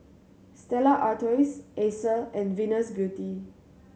Stella Artois Acer and Venus Beauty